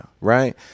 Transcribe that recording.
Right